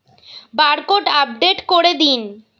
Barcode update করে দিন?